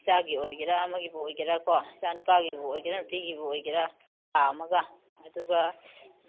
ꯏꯆꯥꯒꯤ ꯑꯣꯏꯒꯦꯔꯥ ꯑꯃꯒꯤꯕꯨ ꯑꯣꯏꯒꯦꯔꯥꯀꯣ ꯏꯆꯥ ꯅꯨꯄꯥꯒꯤꯕꯨ ꯑꯣꯏꯒꯦꯔꯥ ꯅꯨꯄꯤꯒꯤꯕꯨ ꯑꯣꯏꯒꯦꯔꯥ ꯀꯥ ꯑꯃꯒ ꯑꯗꯨꯒ